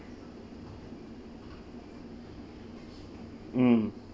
mm